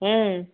ம்